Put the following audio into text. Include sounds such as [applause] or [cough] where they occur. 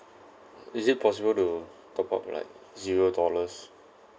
[noise] is it possible to top up like zero dollars